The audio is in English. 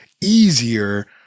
easier